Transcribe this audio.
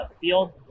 field